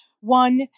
one